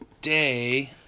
day